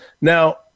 now